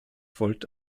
volt